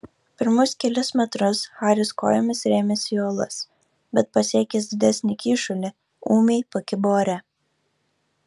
pirmus kelis metrus haris kojomis rėmėsi į uolas bet pasiekęs didesnį kyšulį ūmai pakibo ore